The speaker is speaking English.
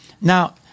now